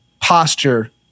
posture